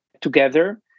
together